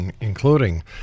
including